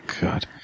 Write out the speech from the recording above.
God